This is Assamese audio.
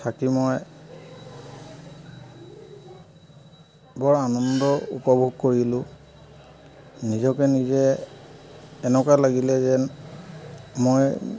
থাকি মই বৰ আনন্দ উপভোগ কৰিলো নিজকে নিজে এনেকুৱা লাগিলে যেন মই